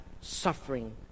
suffering